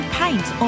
paint